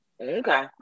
Okay